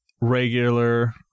regular